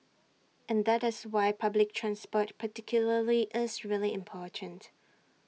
and that is why public train support particularly is really important